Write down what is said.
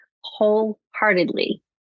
wholeheartedly